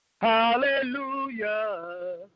hallelujah